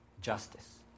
justice